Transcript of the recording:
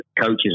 coaches